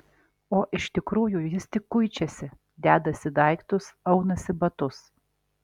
o iš tikrųjų jis tik kuičiasi dedasi daiktus aunasi batus